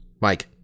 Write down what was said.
Mike